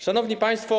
Szanowni Państwo!